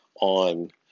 on